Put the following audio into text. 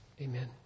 amen